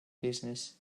business